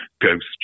ghost